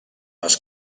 les